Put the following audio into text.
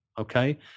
okay